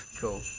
Cool